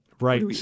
Right